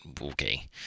okay